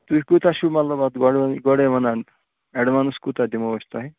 تُہۍ کوٗتاہ چھُو مطلب اَتھ گۄڈٕ گۄڈَے وَنان اٮ۪ڈوانٕس کوٗتاہ دِمو أسۍ تۄہہِ